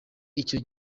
icyo